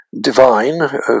Divine